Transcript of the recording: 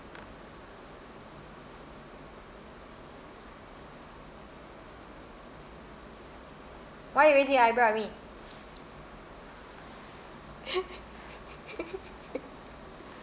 why you raising your eyebrow at me